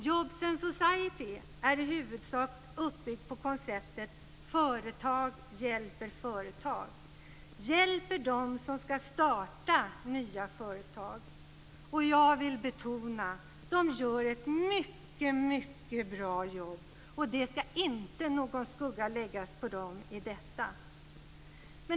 Jobs & Society är i huvudsak uppbyggt på konceptet företag hjälper företag, dvs. hjälper dem som ska starta nya företag. Jag vill betona att de gör ett mycket bra jobb, och någon skugga ska inte läggas på dem här.